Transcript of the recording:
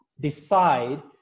decide